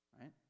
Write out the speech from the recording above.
Right